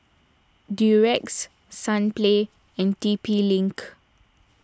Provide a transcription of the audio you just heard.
Durex Sunplay and T P link